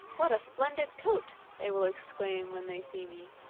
what a splendid coat! they will exclaim when they see me.